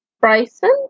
Bryson